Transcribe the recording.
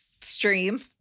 stream